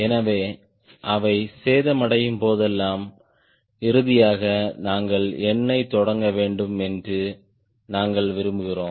எனவே அவை சேதமடையும் போதெல்லாம் இறுதியாக நாங்கள் எண்ணை தொடங்க வேண்டும் என்று நாங்கள் விரும்புகிறோம்